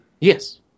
yes